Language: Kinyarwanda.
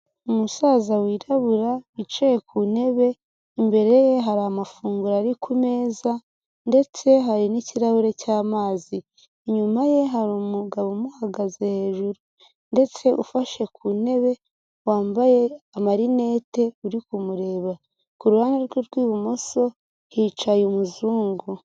Umusaza wirabura yicaye ku ntebe, imbere ye hari amafunguro ari ku meza ndetse hari n'ikirahure cy'amazi. Inyuma ye hari umugabo umuhagaze hejuru ndetse ufashe ku ntebe, wambaye amarinete uri kumureba. Kuruhande rwe rw'ibumoso hicaye umuzungu.